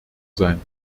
sein